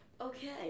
Okay